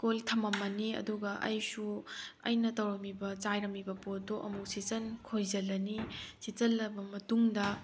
ꯀꯣꯟ ꯂꯤꯛ ꯊꯝꯃꯝꯃꯅꯤ ꯑꯗꯨꯒ ꯑꯩꯁꯨ ꯑꯩꯅ ꯇꯧꯔꯝꯂꯤꯕ ꯆꯥꯏꯔꯝꯂꯤꯕ ꯄꯣꯠꯇꯣ ꯑꯃꯨꯛ ꯁꯤꯠꯆꯤꯜ ꯈꯣꯏꯖꯤꯜꯂꯅꯤ ꯁꯤꯠꯆꯤꯜꯂꯕ ꯃꯇꯨꯡꯗ